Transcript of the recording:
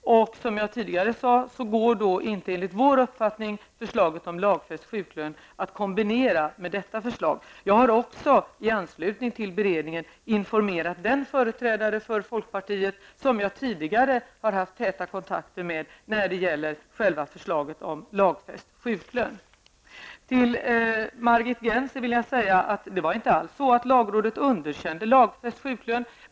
Som jag tidigare sade går enligt vår uppfattning förslaget om lagfäst sjuklön inte att kombinera med det kommande förslaget. Jag har också i anslutning till beredningen informerat den företrädare för folkpartiet som jag tidigare har haft täta kontakter med när det gäller förslaget om lagfäst sjuklön. Jag vill till Margit Gennser säga att lagrådet inte alls underkände förslaget om en lagfäst sjuklön.